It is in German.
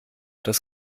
das